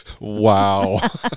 Wow